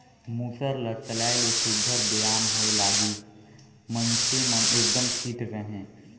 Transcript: मूसर ल चलाए ले सुग्घर बेयाम होए लागिस, मइनसे मन एकदम फिट रहें